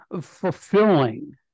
fulfilling